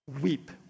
weep